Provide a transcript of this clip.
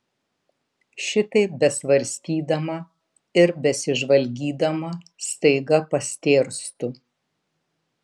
šitaip besvarstydama ir besižvalgydama staiga pastėrstu